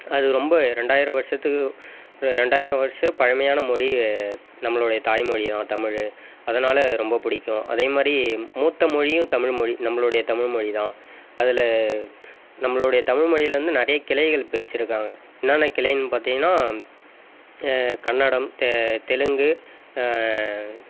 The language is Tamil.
அது ரொம்ப ரெண்டாயிரம் வருஷத்துக்கு ரெண்டாயிர வருஷம் பழமையான மொழி நம்மளுடைய தாய் மொழி தான் தமிழ் அதனால் ரொம்ப பிடிக்கும் அதே மாதிரி மூத்த மொழியும் தமிழ் மொழி நம்மளுடைய தமிழ் மொழி தான் அதில் நம்மளுடைய தமிழ் மொழியில் வந்து நிறைய கிளைகள் பிரிச்சிருக்காங்க என்னென்ன கிளைன்னு பார்த்தீங்கன்னா கன்னடம் தெ தெலுங்கு